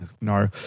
no